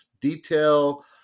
detail